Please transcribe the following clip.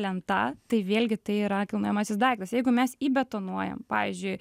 lenta tai vėlgi tai yra kilnojamasis daiktas jeigu mes įbetonuojam pavyzdžiui